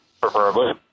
preferably